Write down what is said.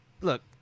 look